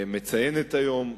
מציינת היום.